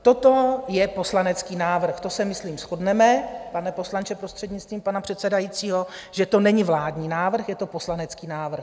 Toto je poslanecký návrh, to se myslím shodneme, pane poslanče prostřednictvím pana předsedajícího, že to není vládní návrh, je to poslanecký návrh.